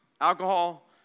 alcohol